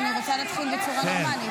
אני רוצה להתחיל בצורה נורמלית,